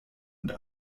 und